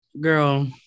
girl